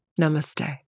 Namaste